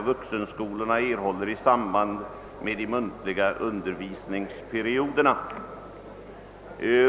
[ utskottsutlåtandet upptages två motionspar till behandling.